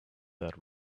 that